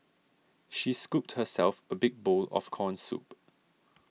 she scooped herself a big bowl of Corn Soup